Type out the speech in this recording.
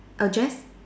address